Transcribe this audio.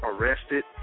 arrested